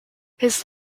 his